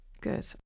Good